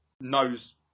knows